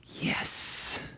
yes